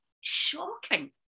shocking